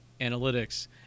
analytics